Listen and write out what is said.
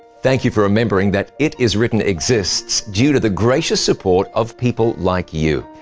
thank you for remembering that it is written exists due to the gracious support of people like you.